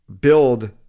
build